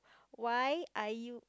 why are you